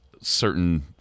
certain